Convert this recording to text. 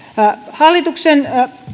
hallituksen